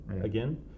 again